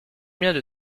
combien